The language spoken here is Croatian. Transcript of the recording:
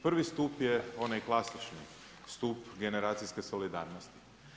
Prvi stup je onaj klasični stup generacijske solidarnosti.